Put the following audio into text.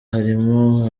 harimo